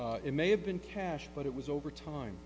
sh it may have been cash but it was over time